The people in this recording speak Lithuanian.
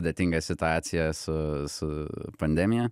sudėtinga situacija su su pandemija